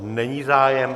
Není zájem.